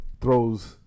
throws